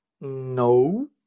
No